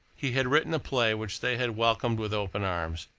he had written a play which they had welcomed with open arms,